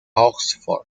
oxford